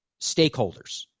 stakeholders